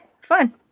fun